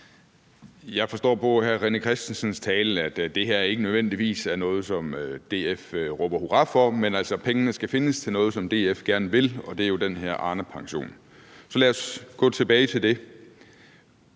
Jeg forstår på hr. René Christensens tale, at det her ikke nødvendigvis er noget, som DF råber hurra for, men pengene skal findes til noget, som DF gerne vil, og det er jo den her Arnepension. Så lad os gå tilbage til det.